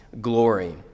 glory